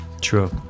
True